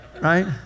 Right